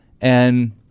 And-